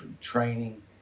training